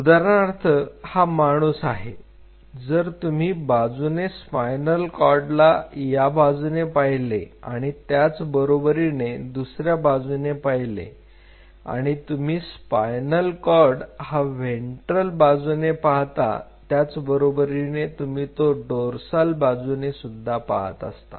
उदाहरणार्थ हा माणूस आहे जर तुम्ही बाजूने स्पायनल कॉर्डला याबाजूने पाहिले आणि त्याच बरोबरीने दुसऱ्या बाजूने पाहिले आणि तुम्ही स्पायनल कॉर्ड हा व्हेंट्रल बाजूने पाहता त्याच बरोबरीने तुम्ही तो डोर्साल बाजूने सुद्धा पाहता